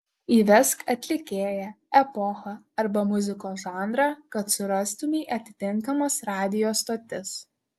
įvesk atlikėją epochą arba muzikos žanrą kad surastumei atitinkamas radijo stotis